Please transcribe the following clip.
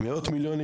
מאות מיליונים,